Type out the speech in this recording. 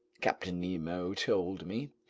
captain nemo told me.